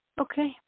Okay